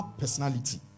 personality